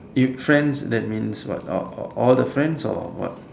if friends that means what all all all the friends or what